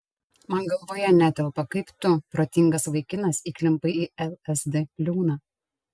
man galvoje netelpa kaip tu protingas vaikinas įklimpai į lsd liūną